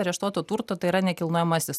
areštuoto turto tai yra nekilnojamasis